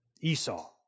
Esau